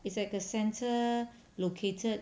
it's like a centre located